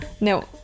No